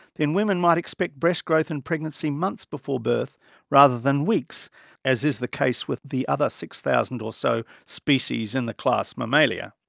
women might expect breast growth in pregnancy months before birth rather than weeks as is the case with the other six thousand or so species in the class mammalia.